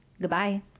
goodbye